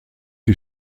die